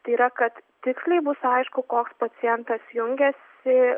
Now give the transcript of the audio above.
tai yra kad tiksliai bus aišku koks pacientas jungiasi